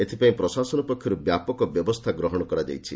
ଏଥିପାଇଁ ପ୍ରଶାସନ ପକ୍ଷରୁ ବ୍ୟାପକ ବ୍ୟବସ୍ରା ଗ୍ରହଣ କରାଯାଉଛି